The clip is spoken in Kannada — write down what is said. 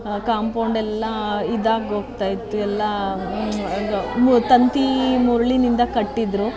ಕಾಪೌಂಡೆಲ್ಲ ಇದಾಗಿ ಹೋಗ್ತಾ ಇತ್ತು ಎಲ್ಲ ತಂತಿ ಮುಳ್ಳಿನಿಂದ ಕಟ್ಟಿದ್ರು